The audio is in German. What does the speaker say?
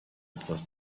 etwas